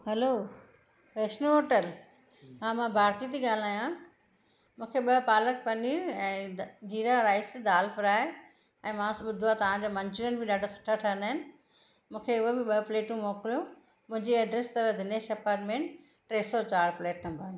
hello Vaishno hotel हा मां भारती थी ॻाल्हायां मूंखे ॿ पालक पनीर ऐं जीरा राइस दाल फ्राइ ऐं मां ॿुधो आहे तव्हां जा मंचूरियन बि ॾाढ़ा सुठा ठहंदा आहिनि मूंखे उहे बि ॿ प्लेटूं मोकिलियो मुंहिंजी एड्रेस अथव दिनेश अपार्टमेंट टे सौ चार फ्लैट नबंर में